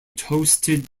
toasted